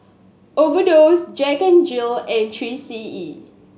overdose Jack N Jill and Three C E